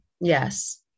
Yes